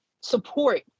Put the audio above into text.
support